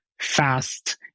fast